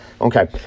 okay